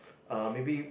uh maybe